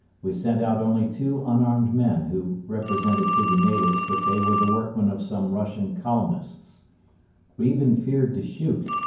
we sent out only two unarmed men who represented to the natives that they were the workmen of some russian colonists we even feared to shoot,